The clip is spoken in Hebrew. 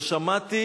לא שמעתי